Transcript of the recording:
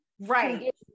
right